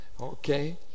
Okay